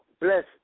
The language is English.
bless